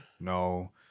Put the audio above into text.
no